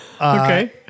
Okay